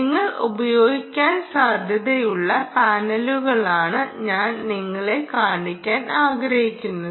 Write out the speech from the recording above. നിങ്ങൾ ഉപയോഗിക്കാൻ സാധ്യതയുള്ള പാനലുകളാണ് ഞാൻ നിങ്ങളെ കാണിക്കാൻ ആഗ്രഹിക്കുന്നത്